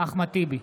אחמד טיבי,